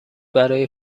برای